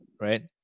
right